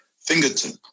fingertip